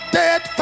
dead